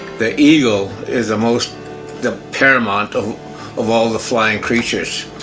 the eagle is the most the paramount of of all the flying creatures.